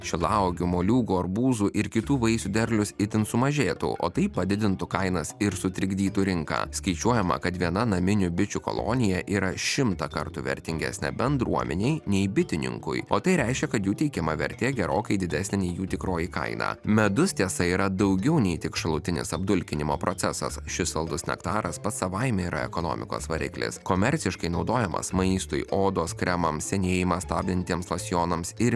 šilauogių moliūgų arbūzų ir kitų vaisių derlius itin sumažėtų o tai padidintų kainas ir sutrikdytų rinką skaičiuojama kad viena naminių bičių kolonija yra šimtą kartų vertingesnė bendruomenei nei bitininkui o tai reiškia kad jų teikiama vertė gerokai didesnė nei jų tikroji kaina medus tiesa yra daugiau nei tik šalutinis apdulkinimo procesas šis saldus nektaras pats savaime yra ekonomikos variklis komerciškai naudojamas maistui odos kremams senėjimą stabdantiems losjonams ir